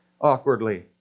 awkwardly